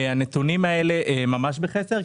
הנתונים האלה נמצאים בחסר,